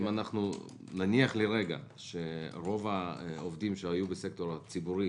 אם נניח לרגע שרוב העובדים שהיו בסקטור הציבורי